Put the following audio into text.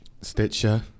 Stitcher